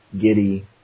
Giddy